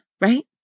right